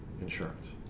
insurance